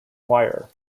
wire